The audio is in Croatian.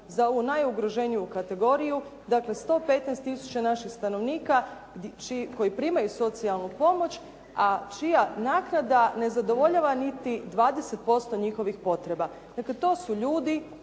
za ovu najugroženiju kategoriju, dakle 115 tisuća naših stanovnika koji primaju socijalnu pomoć, a čija naknada ne zadovoljava niti 20% njihovih potreba. Dakle, to su ljudi,